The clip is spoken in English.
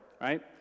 right